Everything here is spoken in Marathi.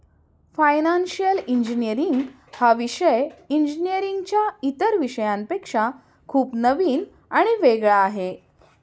फायनान्शिअल इंजिनीअरिंग हा विषय इंजिनीअरिंगच्या इतर विषयांपेक्षा खूप नवीन आणि वेगळा आहे